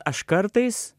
aš kartais